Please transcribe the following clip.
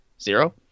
zero